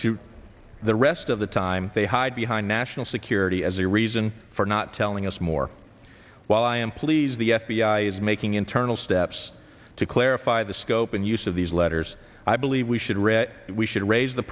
to the rest of the time they hide behind national security as a reason for not telling us more while i am pleased the f b i is making internal steps to clarify the scope and use of these letters i believe we should read we should raise the